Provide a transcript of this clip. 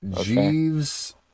Jeeves